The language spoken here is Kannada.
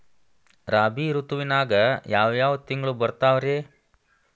ರಾಬಿ ಋತುವಿನಾಗ ಯಾವ್ ಯಾವ್ ತಿಂಗಳು ಬರ್ತಾವ್ ರೇ?